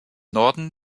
norden